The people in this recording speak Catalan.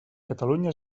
catalunya